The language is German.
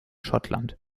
schottland